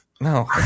no